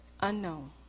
unknown